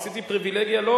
עשיתי פריווילגיה לא